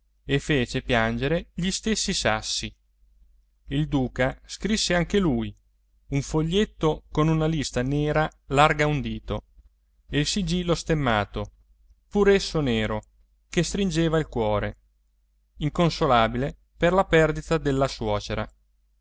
e fece piangere gli stessi sassi il duca scrisse anche lui un foglietto con una lista nera larga un dito e il sigillo stemmato pur esso nero che stringeva il cuore inconsolabile per la perdita della suocera